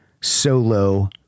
solo